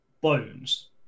bones